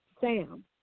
Sam